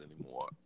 anymore